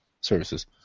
services